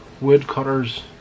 woodcutter's